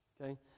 okay